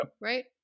right